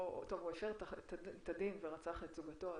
הוא הפר את הדין ורצח את זוגתו,